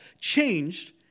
changed